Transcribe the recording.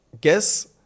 guess